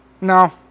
no